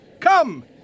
Come